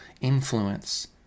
influence